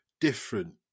different